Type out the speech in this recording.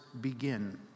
begin